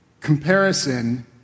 comparison